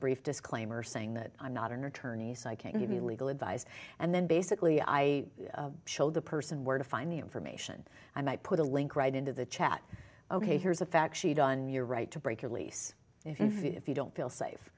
brief disclaimer saying that i'm not attorneys i can't give you legal advise and then basically i show the person where to find the information i might put a link right into the chat ok here's a fact sheet on your right to break your lease if you don't feel